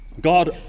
God